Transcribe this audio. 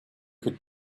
could